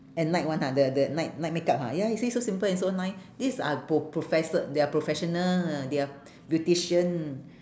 at night one ha the the night night makeup ha ya you see so simple and so nice these are pro~ professor they are professional they are beautician